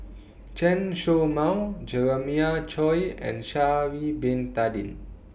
Chen Show Mao Jeremiah Choy and Sha'Ari Bin Tadin